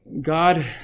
God